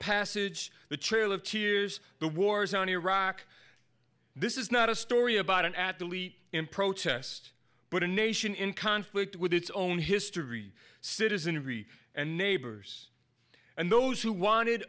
passage the trail of tears the war zone iraq this is not a story about an athlete in protest but a nation in conflict with its own history citizenry and neighbors and those who wanted